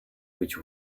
which